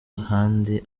handi